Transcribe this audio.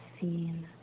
seen